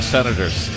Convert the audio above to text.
Senators